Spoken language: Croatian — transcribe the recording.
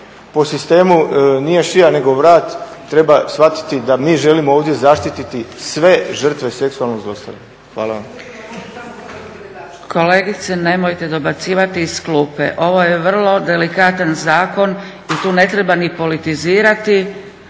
po sistemu nije šija nego vrat treba shvatiti da mi želimo ovdje zaštititi sve žrtve seksualnog zlostavljanja. Hvala vam. **Zgrebec, Dragica (SDP)** Kolegice nemojte dobacivati iz klupe. Ovo je vrlo delikatan zakon i tu ne treba ni politizirati.